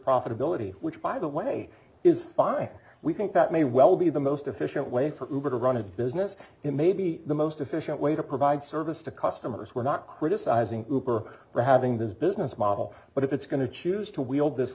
profitability which by the way is fine we think that may well be the most efficient way for google to run its business it may be the most efficient way to provide service to customers we're not criticizing her for having this business model but if it's going to choose to wield this